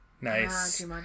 Nice